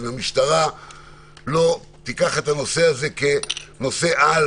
והמשטרה לא תיקח את הנושא הזה כנושא על